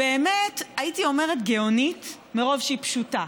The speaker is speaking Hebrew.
הייתי אומרת שהיא גאונית מרוב שהיא פשוטה: